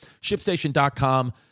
ShipStation.com